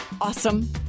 awesome